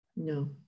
No